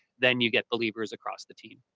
then you get believers across the team.